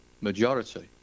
majority